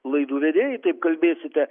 laidų vedėjai taip kalbėsite